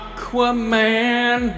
Aquaman